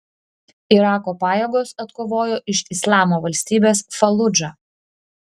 irako pajėgos atkovojo iš islamo valstybės faludžą